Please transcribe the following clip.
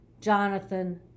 Jonathan